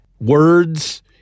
words